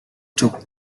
took